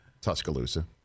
Tuscaloosa